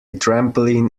trampoline